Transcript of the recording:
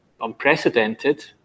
unprecedented